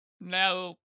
No